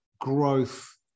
growth